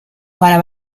para